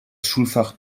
schulfach